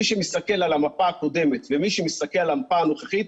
מי שמסתכל על המפה הקודמת ומי שמסתכל על המפה הנוכחית,